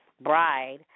bride